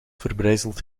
verbrijzeld